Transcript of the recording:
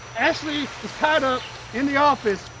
ashley is tied up in the office.